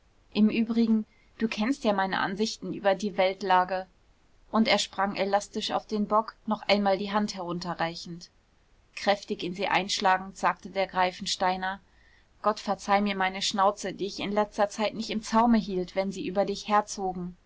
im übrigen du kennst ja meine ansichten über die weltlage und er sprang elastisch auf den bock noch einmal die hand herunterreichend kräftig in sie einschlagend sagte der greifensteiner gott verzeih mir meine schnauze die ich in der letzten zeit nicht im zaume hielt wenn sie über dich herzogen